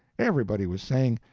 everybody was saying,